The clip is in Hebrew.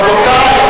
רבותי.